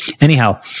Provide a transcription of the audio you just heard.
anyhow